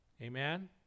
Amen